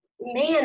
man